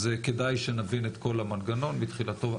אז כדאי שנבין את כל המנגנון מתחילתו.